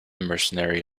mercenary